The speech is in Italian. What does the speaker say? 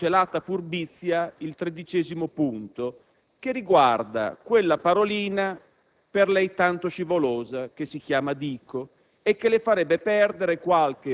tralasciando con malcelata furbizia il tredicesimo punto che riguarda quella parolina per lei tanto scivolosa che si chiama Dico